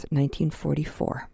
1944